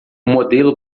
modelo